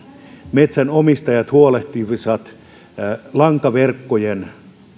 metsänomistajat huolehtisivat lankaverkkojen